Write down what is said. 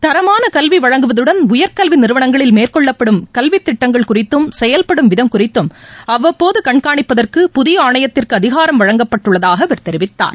தரமானகல்விவழங்குவதுடன் உயர்கல்விநிறுவனங்களில் மேற்கொள்ளப்படும் கல்விதிட்டங்கள் குறித்தும் செயல்படும் விதம் குறித்தும் அவ்வப்போதுகண்காணிப்பதற்கு புதியஆணையத்திற்குஅதிகாரம் வழங்கப்பட்டுள்ளதாகஅவர் தெரிவித்தார்